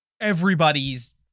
everybody's